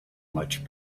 much